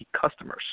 customers